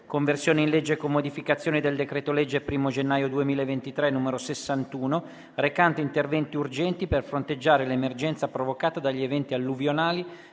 Conversione in legge, con modificazioni, del decreto-legge 1° giugno 2023, n. 61, recante interventi urgenti per fronteggiare l'emergenza provocata dagli eventi alluvionali